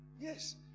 Yes